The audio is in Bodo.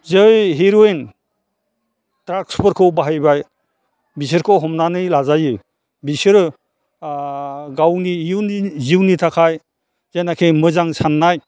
जै हिर'इन द्राग्सफोरखौ बाहायबाय बिसोरखौ हमनानै लाजायो बिसोरो गावनि इउननि जिउनि थाखाय जेनाखि मोजां साननाय